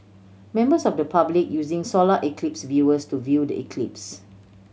members of the public using solar eclipse viewers to view the eclipse